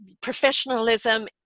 professionalism